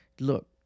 look